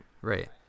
right